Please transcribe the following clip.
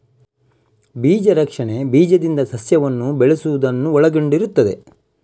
ಬೀಜ ರಕ್ಷಣೆ ಬೀಜದಿಂದ ಸಸ್ಯವನ್ನು ಬೆಳೆಸುವುದನ್ನು ಒಳಗೊಂಡಿರುತ್ತದೆ